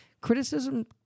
criticism